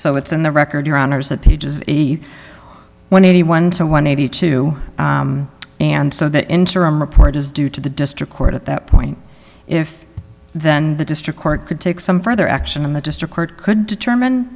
so it's in the record your honour's that peach is eighty one eighty one to one eighty two and so the interim report is due to the district court at that point if then the district court could take some further action and the district court could determine